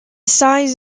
size